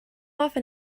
often